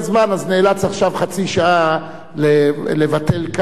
אז הוא נאלץ עכשיו חצי שעה לבטל כאן.